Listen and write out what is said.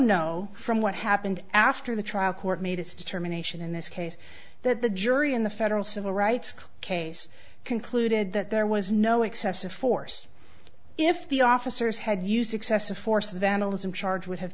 know from what happened after the trial court made its determination in this case that the jury in the federal civil rights case concluded that there was no excessive force if the officers had used excessive force vandalism charge would have